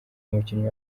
umukinnyi